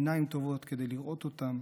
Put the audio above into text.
עיניים טובות כדי לראות אותם,